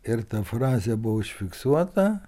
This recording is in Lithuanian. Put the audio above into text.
ir ta frazė buvo užfiksuota